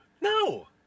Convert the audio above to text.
no